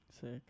Sick